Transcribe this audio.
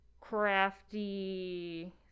crafty